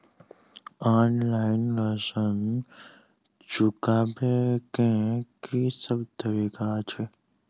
Online ऋण चुकाबै केँ की सब तरीका अछि?